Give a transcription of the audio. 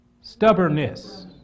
stubbornness